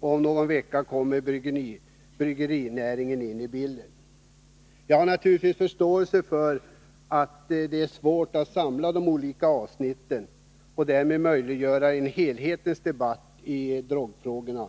Om någon vecka kommer bryggerinäringen in i bilden. Jag har naturligtvis förståelse för att det är svårt att samla de olika avsnitten och därmed möjliggöra en helhetsdebatt i drogfrågorna,